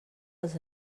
els